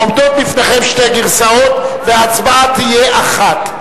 עומדות בפניכם שתי גרסאות וההצבעה תהיה אחת.